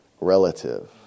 relative